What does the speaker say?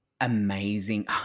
amazing